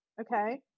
okay